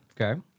Okay